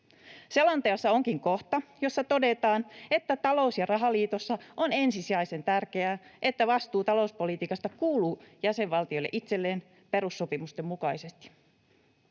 Selonteossa onkin kohta, jossa todetaan, että talous- ja rahaliitossa on ensisijaisen tärkeää, että vastuu talouspolitiikasta kuuluu jäsenvaltioille itselleen perussopimusten mukaisesti.